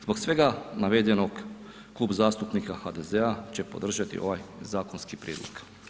Zbog svega navedenog Klub zastupnika HDZ-a će podržati ovaj zakonski prijedlog.